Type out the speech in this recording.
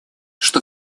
что